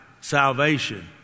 salvation